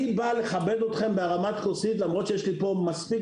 אני בא לכבד אתכם בהרמת כוסית למרות שיש לי פה מספיק